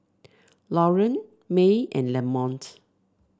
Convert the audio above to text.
Loren May and Lamont